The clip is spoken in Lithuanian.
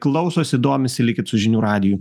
klausosi domisi likit su žinių radiju